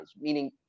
meaning